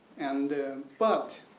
and but,